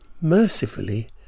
mercifully